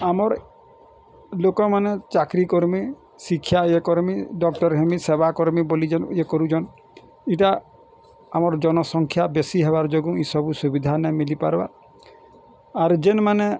ଆମର ଲୋକମାନେ ଚାକିରୀ କର୍ମି ଶିକ୍ଷା ୟା କର୍ମି ଡକ୍ଟର୍ ହେମି ସେବା କର୍ମି ବୋଲେ ଯେନ୍ ଇଏ କରୁଛନ୍ ଇଟା ଆମର ଜନସଂଖ୍ୟା ବେଶୀ ହେବାର୍ ଯୋଗୁ ଏସବୁ ସୁବିଧା ନାଇଁ ମିଲିପାର୍ବା ଆର୍ ଯେନ୍ମାନେ